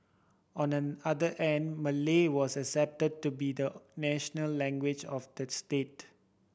on the other and Malay was accepted to be the national language of the state